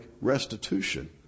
restitution